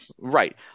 Right